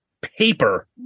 paper